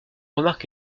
remarque